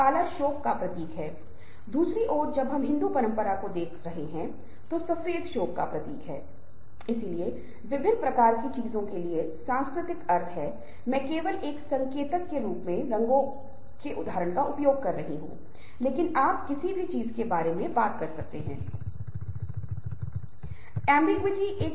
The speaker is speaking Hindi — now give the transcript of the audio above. सुनने के कई आयाम हैं और अगली बात जो हमारे पास है उसे सुनकर शुरू करेंगे और बहुत बार प्रभावी सुनने से प्रभावी बोलने को बढ़ावा मिलेगा जिस पर हम कम से कम दो व्याख्यान देंगे जो बोलने के साथ और फिर बाद में बातचीत के साथ व्यवहार करेंगे